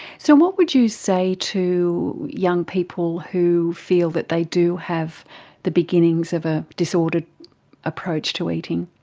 so what would you say to young people who feel that they do have the beginnings of a disordered approach to eating?